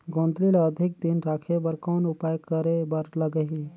गोंदली ल अधिक दिन राखे बर कौन उपाय करे बर लगही?